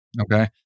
Okay